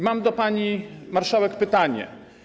Mam do pani marszałek pytanie.